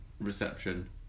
reception